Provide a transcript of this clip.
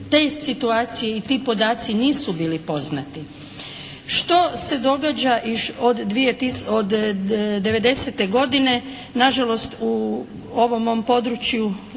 te situacije i ti podaci nisu bili poznati. Što se događa od devedesete godine? Na žalost u ovom mom području